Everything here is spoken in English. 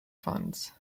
funds